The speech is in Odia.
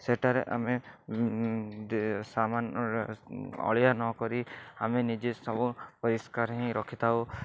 ସେଠାରେ ଆମେ ସାମାନ୍ ଅଳିଆ ନକରି ଆମେ ନିଜେ ସବୁ ପରିଷ୍କାର ହିଁ ରଖିଥାଉ